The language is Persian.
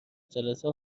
جلسه